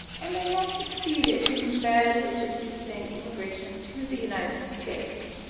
and they have succeeded in dramatically reducing immigration to the united states.